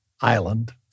island